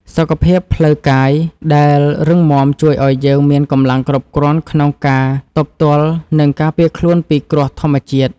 សុខភាពផ្លូវកាយដែលរឹងមាំជួយឱ្យយើងមានកម្លាំងគ្រប់គ្រាន់ក្នុងការទប់ទល់ និងការពារខ្លួនពីគ្រោះធម្មជាតិ។